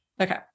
Okay